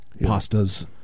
pastas